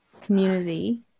community